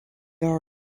are